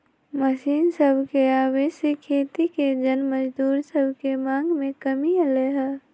machine सभके आबे से खेती के जन मजदूर सभके मांग में कमी अलै ह